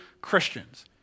Christians